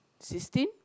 sixteen